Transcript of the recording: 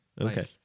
Okay